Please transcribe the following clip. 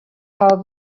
how